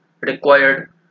required